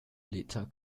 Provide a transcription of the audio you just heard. liter